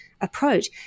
approach